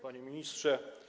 Panie Ministrze!